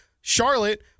Charlotte